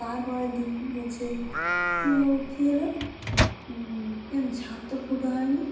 তারপরের দিন বলছে কীভাবে কী হলো কেন ছাদ তো ফুটো হয়নি